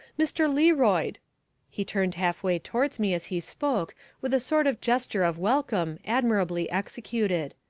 mr. learoyd he turned half way towards me as he spoke with a sort of gesture of welcome, admirably executed.